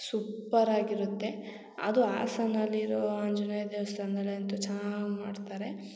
super ಆಗಿರುತ್ತೆ ಅದು ಹಾಸನಲ್ಲಿರೋ ಆಂಜನೇಯ ದೇವ್ಸ್ಥಾನ್ದಲ್ಲಿ ಅಂತು ಚೆನ್ನಾಗಿ ಮಾಡ್ತಾರೆ